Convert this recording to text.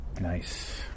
Nice